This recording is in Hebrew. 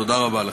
תודה רבה לך.